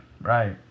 right